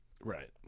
Right